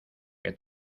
que